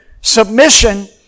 submission